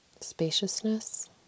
Spaciousness